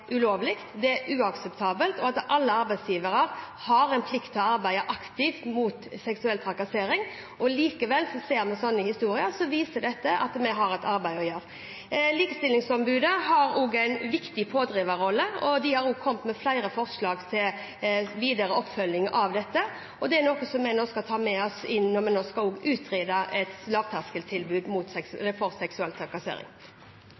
likevel ser sånne historier, har vi et arbeid å gjøre. Likestillings- og diskrimineringsombudet har en viktig pådriverrolle, og de har også kommet med flere forslag til videre oppfølging av dette. Det er noe vi skal ta med oss når vi nå skal utrede et lavterskeltilbud